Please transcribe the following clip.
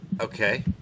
okay